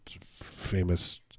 Famous